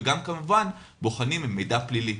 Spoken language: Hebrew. וגם כמובן בוחנים מידע פלילי.